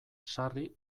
sarri